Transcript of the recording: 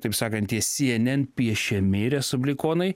taip sakant tie si en en piešiami respublikonai